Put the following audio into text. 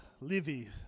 Livy